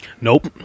Nope